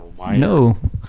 no